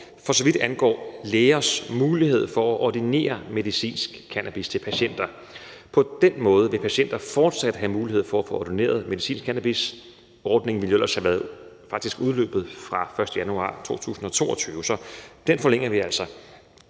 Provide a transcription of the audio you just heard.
for så vidt angår lægers mulighed for at ordinere medicinsk cannabis til patienter. På den måde vil patienter fortsat have mulighed for at få ordineret medicinsk cannabis. Ordningen ville faktisk ellers være udløbet fra den 1. januar 2022. Så den forlænger vi altså.